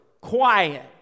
quiet